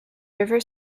river